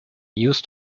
used